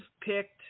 picked